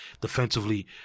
defensively